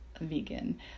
vegan